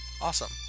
Awesome